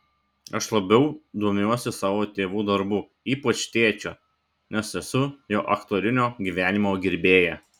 aš labiau domiuosi savo tėvų darbu ypač tėčio nes esu jo aktorinio gyvenimo gerbėja